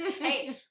Hey